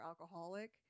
alcoholic